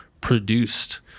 produced